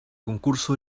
concurso